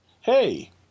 Hey